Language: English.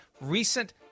recent